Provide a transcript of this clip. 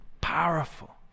powerful